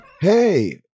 Hey